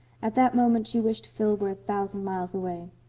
at that moment she wished phil were a thousand miles away.